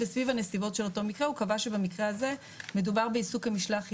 וסביב הנסיבות של אותו מקרה הוא קבע שבמקרה הזה מדובר בעיסוק כמשלח יד.